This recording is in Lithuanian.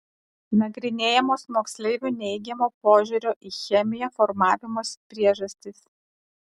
nagrinėjamos moksleivių neigiamo požiūrio į chemiją formavimosi priežastys